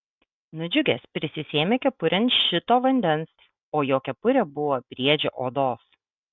nudžiugęs prisisėmė kepurėn šito vandens o jo kepurė buvo briedžio odos